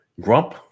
Grump